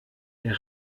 est